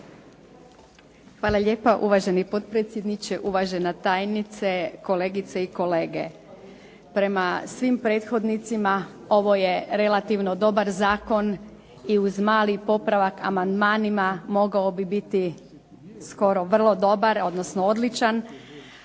Hvala lijepo uvaženi potpredsjedniče, uvažena tajnice, kolegice i kolege. Prema svim prethodnicima ovo je relativno dobar zakon i uz mali popravak amandmanima mogao bi biti skoro vrlo dobar, odnosno odličan.